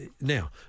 now